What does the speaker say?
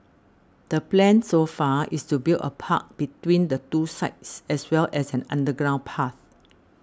the plan so far is to build a park between the two sites as well as an underground path